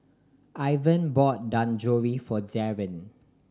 Ivan bought Dangojiru for Darron